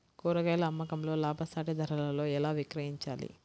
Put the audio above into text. కూరగాయాల అమ్మకంలో లాభసాటి ధరలలో ఎలా విక్రయించాలి?